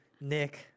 Nick